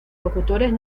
locutores